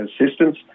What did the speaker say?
assistance